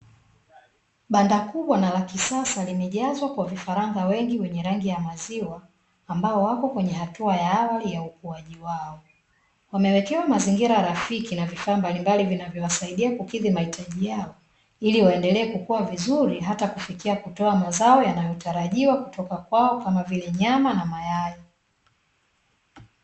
Banda kubwa na la kisasa limejazwa kwa vifaranga wengi wenye rangi ya maziwa, ambao wako kwenye hatua ya awali ya ukuaji wao. Wamewekewa mazingira rafiki na vifaa mbalimbali vinavyowasaidia kukidhi mahitaji yao, ili waendelee kukua vizuri hata kufikia kutoa mazao yanayotarajiwa kutoka kwao, kama vile nyama na mayai.